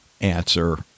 answer